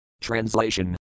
Translation